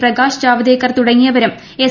പ്രകാശ് ജാവ്ദേക്കർ തുടങ്ങിയവരും എസ്